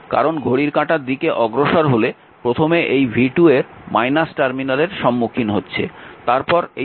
কারণ ঘড়ির কাঁটার দিকে অগ্রসর হলে প্রথমে এই v2 এর টার্মিনালের সম্মুখীন হচ্ছে